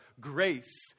grace